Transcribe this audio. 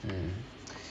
mm